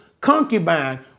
concubine